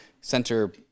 center